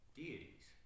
deities